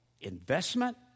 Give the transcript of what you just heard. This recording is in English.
Investment